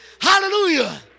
Hallelujah